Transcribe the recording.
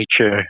nature